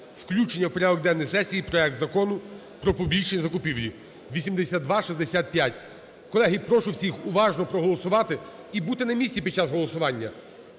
включення в порядок денний сесії проектЗакону "Про публічні закупівлі" (8265). Колеги, прошу всіх уважно проголосувати і бути на місці під час голосування.